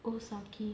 osaki